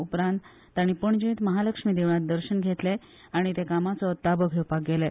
उपरांत तांणी पणजेंत महालक्ष्मी देवळांत दर्शन घेतलें आनी ते कामाचो ताबो घेवपाक गेले